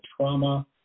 trauma